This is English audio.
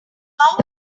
how